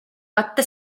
katta